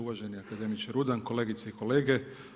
Uvaženi akademiče Rudan, kolegice i kolege.